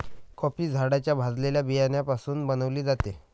coffee झाडाच्या भाजलेल्या बियाण्यापासून बनविली जाते